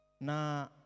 Na